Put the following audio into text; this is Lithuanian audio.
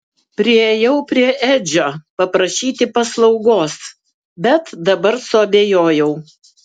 priėjau prie edžio paprašyti paslaugos bet dabar suabejojau